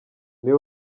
niwe